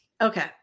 Okay